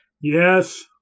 Yes